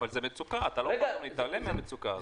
אבל זאת מצוקה, אתה לא יכול להתעלם מהמצוקה הזאת.